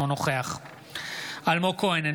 אינו נוכח אלמוג כהן,